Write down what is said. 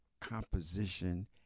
composition